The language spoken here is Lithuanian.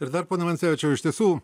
ir dar pone vansevičiau iš tiesų